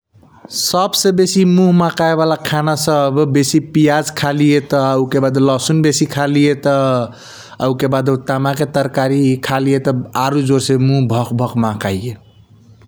सब से बेसी मुह महाकाय वाला खाना सब बेसी पियज खलिया त । उके बाद लसुन बेसी खलिया त उके बाद हु तमा के तरकारी खलिया त । आरु बेसी जोर से मुह भक भक महकाइया ।